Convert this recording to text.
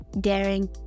daring